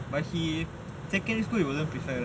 but he secondary school he wasn't prefect right